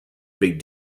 big